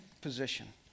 position